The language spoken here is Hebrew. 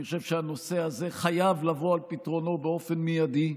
אני חושב שהנושא הזה חייב לבוא על פתרונו באופן מיידי,